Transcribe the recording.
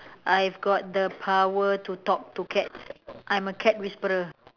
I've got the power to talk to cats I'm a cat whisperer